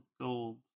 gold